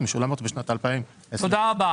לא,